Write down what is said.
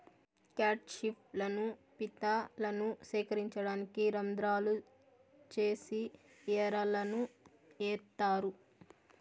cat fish లను, పీతలను సేకరించడానికి రంద్రాలు చేసి ఎరలను ఏత్తారు